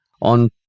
on